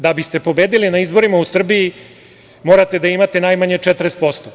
Da biste pobedili na izborima u Srbiji morate da imate najmanje 40%